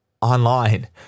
online